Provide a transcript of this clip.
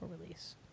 release